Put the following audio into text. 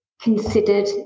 considered